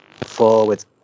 forward